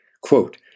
Quote